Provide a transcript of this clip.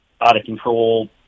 out-of-control